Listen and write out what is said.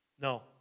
No